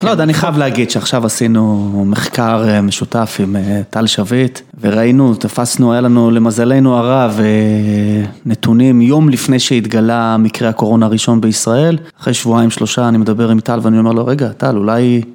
לא יודע, אני חייב להגיד שעכשיו עשינו מחקר משותף עם טל שביט, וראינו, תפסנו, היה לנו למזלנו הרב נתונים יום לפני שהתגלה מקרה הקורונה הראשון בישראל. אחרי שבועיים, שלושה, אני מדבר עם טל ואני אומר לו, רגע, טל, אולי...